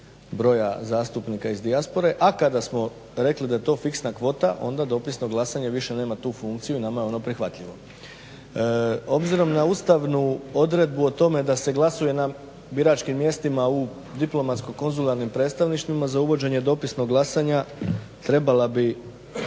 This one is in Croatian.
broja zastupnika iz dijaspore, a kada smo rekli da je to fiksna kvota onda dopisno glasanje više nema tu funkciju i nama je ono prihvatljivo. Obzirom na ustavnu odredbu o tome da se glasuje na biračkim mjestima u diplomatsko-konzularnim predstavništvima za uvođenje dopisnog glasanja, trebala bi